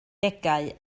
degau